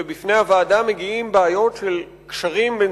ובפני הוועדה באות בעיות של קשרים בין